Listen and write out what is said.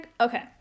okay